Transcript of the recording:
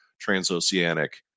transoceanic